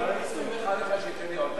אני סומך עליך שתיתן לי עוד דקה.